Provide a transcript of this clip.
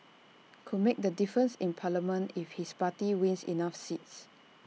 could make the difference in parliament if his party wins enough seats